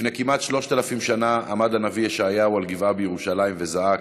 לפני כמעט 3,000 שנה עמד הנביא ישעיהו על גבעה בירושלים וזעק: